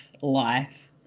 life